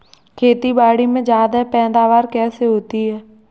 खेतीबाड़ी में ज्यादा पैदावार कैसे होती है?